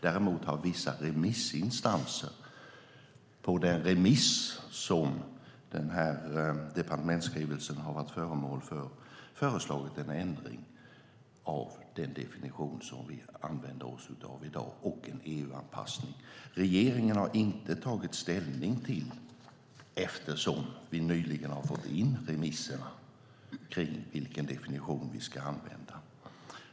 Däremot har vissa remissinstanser i samband med den remiss som denna departementsskrivelse varit föremål för föreslagit en ändring och en EU-anpassning av den definition vi använder oss av i dag. Regeringen har inte tagit ställning, eftersom vi nyligen har fått in remissvaren, till vilken definition vi ska använda.